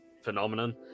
phenomenon